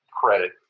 credit